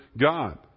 God